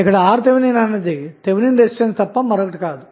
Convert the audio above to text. ఇక్కడ RTh అన్నది Thevenin resistance తప్ప మరొకటి కాదు